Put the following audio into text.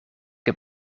heb